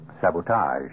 sabotage